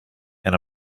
and